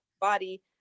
body